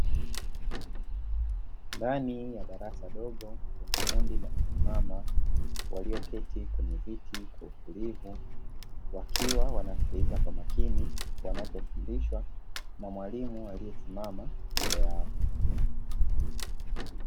Ndani ya darasa dogo kuna kundi la kinamama walioketi kwenye viti kwa utulivu, wakiwa wanasikiliza kwa makini wanachofundishwa na mwalimu aliyesimama mbele yao.